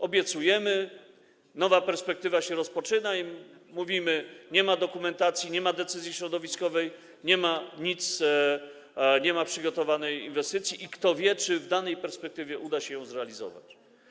Obiecujemy, nowa perspektywa się rozpoczyna i mówimy: nie ma dokumentacji, nie ma decyzji środowiskowej, nie ma przygotowanej inwestycji i kto wie, czy w danej perspektywie uda się ją zrealizować.